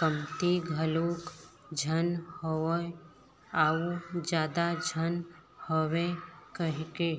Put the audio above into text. कमती घलोक झन होवय अउ जादा झन होवय कहिके